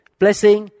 blessing